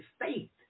faith